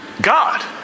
God